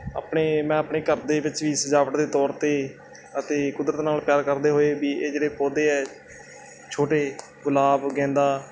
ਆਪਣੇ ਮੈਂ ਆਪਣੇ ਘਰ ਦੇ ਵਿੱਚ ਵੀ ਸਜਾਵਟ ਦੇ ਤੌਰ 'ਤੇ ਅਤੇ ਕੁਦਰਤ ਨਾਲ ਪਿਆਰ ਕਰਦੇ ਹੋਏ ਵੀ ਇਹ ਜਿਹੜੇ ਪੌਦੇ ਹੈ ਛੋਟੇ ਗੁਲਾਬ ਗੈਂਦਾ